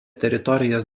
teritorijos